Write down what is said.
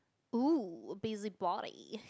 oh busybody